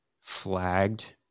flagged